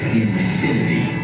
infinity